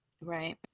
Right